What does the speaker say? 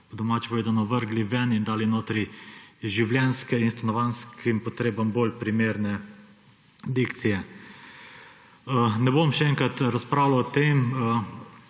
po domače povedano, vrgli ven in dali notri življenjske in stanovanjskim potrebam bolj primerne dikcije. Ne bom še enkrat razpravljal o tem,